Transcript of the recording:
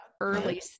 early